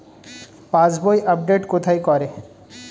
পাসবই update কোথায় করে?